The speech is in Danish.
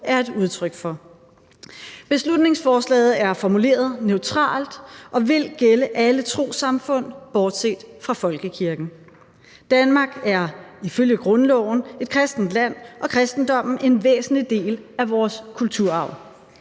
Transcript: er et udtryk for. Beslutningsforslaget er formuleret neutralt og vil gælde alle trossamfund bortset fra folkekirken. Danmark er ifølge grundloven et kristent land og kristendommen en væsentlig del af vores kulturarv.